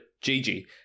Gigi